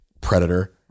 Predator